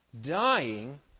dying